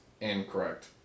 Incorrect